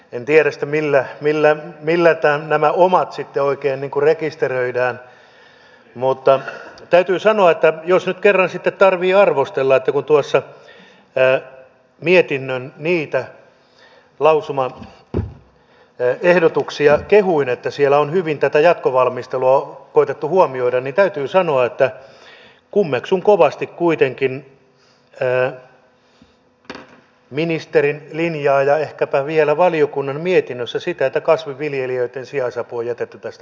en tiedä sitten millä nämä omat oikein rekisteröidään mutta täytyy sanoa että jos nyt kerran sitten täytyy arvostella kun tuossa niitä mietinnön lausumaehdotuksia kehuin että siellä on hyvin tätä jatkovalmistelua koetettu huomioida niin kummeksun kovasti kuitenkin ministerin linjaa ja ehkäpä vielä valiokunnan mietinnössä sitä että kasvinviljelijöitten sijaisapu on jätetty tästä pois